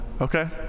Okay